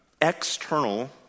external